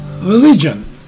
religion